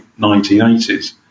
1980s